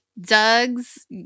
Doug's